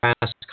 past